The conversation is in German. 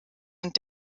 und